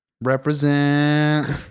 represent